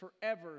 forever